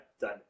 done